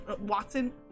Watson